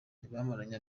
bamaranye